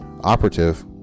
operative